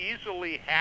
easily